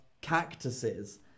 cactuses